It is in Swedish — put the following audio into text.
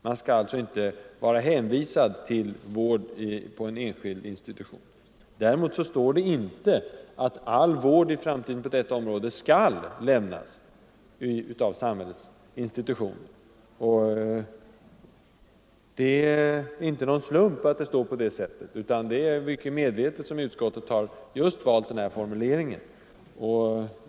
Man skall inte vara hänvisad till vård på en enskild institution. Däremot står det inte att all vård i framtiden på detta området skall lämnas av samhället. Och det är inte någon slump att det står som det gör, utan det är mycket medvetet som utskottet har valt just denna formulering.